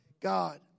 God